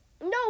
no